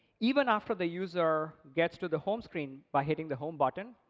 even after the user gets to the home screen by hitting the home button,